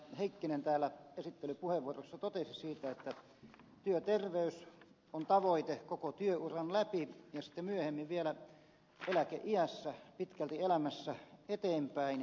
heikkinen täällä esittelypuheenvuorossa totesi siitä että työterveys on tavoite koko työuran läpi ja sitten myöhemmin vielä eläkeiässä pitkälti elämässä eteenpäin